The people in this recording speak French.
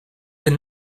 est